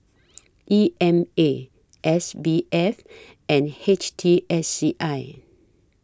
E M A S B F and H T S C I